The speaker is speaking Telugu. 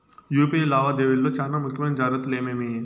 యు.పి.ఐ లావాదేవీల లో చానా ముఖ్యమైన జాగ్రత్తలు ఏమేమి?